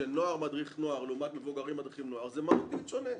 שנוער מדריך נוער לעומת מבוגרים זה שונה בצורה מהותית.